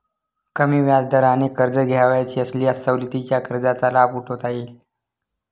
कमी व्याजदराने कर्ज घ्यावयाचे असल्यास सवलतीच्या कर्जाचा लाभ उठवता येईल